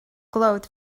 glowed